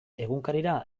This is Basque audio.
egunkarira